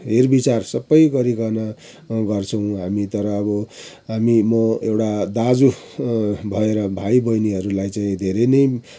हेर विचार सबै गरिकन गर्छौँ हामी तर अब हामी म एउटा दाजु भएर भाइ बहिनीहरूलाई चाहिँ धेरै नै